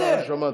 ככה שמעתי.